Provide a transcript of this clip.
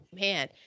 man